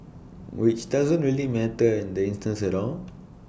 which doesn't really matter instance at all